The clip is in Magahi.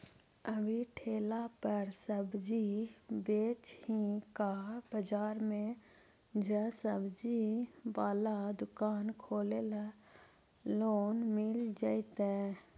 अभी ठेला पर सब्जी बेच ही का बाजार में ज्सबजी बाला दुकान खोले ल लोन मिल जईतै?